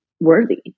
worthy